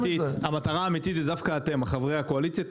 המטרה האמיתית היא דווקא אתם, חברי הקואליציה.